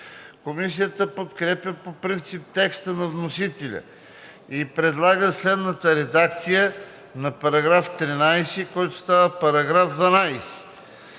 Комисията подкрепя по принцип текста на вносителя и предлага следната редакция на § 13, който става § 12: „§ 12.